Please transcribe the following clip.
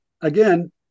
again